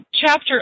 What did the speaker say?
chapter